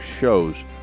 shows